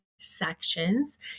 Sections